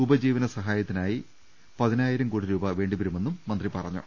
ഉപജീവനസഹായത്തിനായി പതിനായിരം ക്രോടി വേണ്ടിവരു മെന്നും മന്ത്രി പറഞ്ഞു